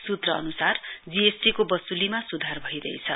सूत्र अनुसार G S T को वसूलीमा सुधार भइरहेछ